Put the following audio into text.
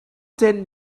then